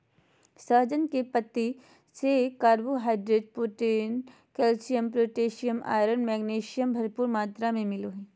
सहजन के पत्ती से carbohydrate, protein, calcium, potassium, iron, magnesium, भरपूर मात्रा में मिलो हइ